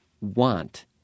want